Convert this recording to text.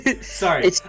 Sorry